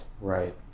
right